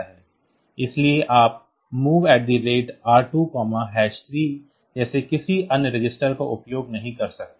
इसलिए आप MOV R23 जैसे किसी अन्य रजिस्टर का उपयोग नहीं कर सकते